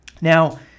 Now